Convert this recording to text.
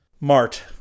Mart